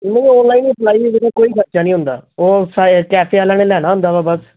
online ਹੀ apply ਕੋਈ ਖਰਚਾ ਨਹੀਂ ਹੁੰਦਾ ਉਹ ਕੈਫੇ ਵਾਲਿਆਂ ਨੇ ਲੈਣਾ ਹੁੰਦਾ ਵਾ ਬਸ